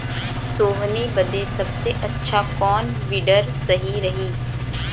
सोहनी बदे सबसे अच्छा कौन वीडर सही रही?